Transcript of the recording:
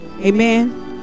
amen